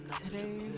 Today